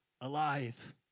alive